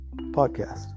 podcast